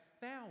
found